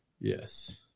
Yes